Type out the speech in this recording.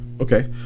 Okay